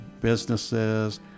businesses